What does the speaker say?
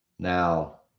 Now